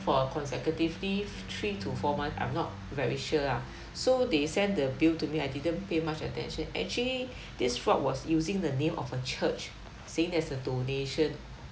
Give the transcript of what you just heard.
for a consecutively three to four months I'm not very sure ah so they sent the bill to me I didn't pay much attention actually this fraud was using the name of a church saying that's a donation